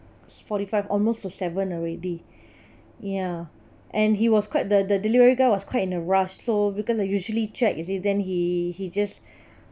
forty five almost to seven already ya and he was quite the the delivery guy was quite in a rush so because I usually check is it then he he just